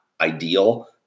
ideal